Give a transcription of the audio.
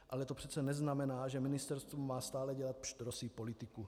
Ale to přece neznamená, že ministerstvo má stále dělat pštrosí politiku.